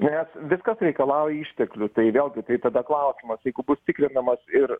nes viskas reikalauja išteklių tai vėlgi tai tada klausimas jeigu bus tikrinamas ir